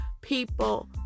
people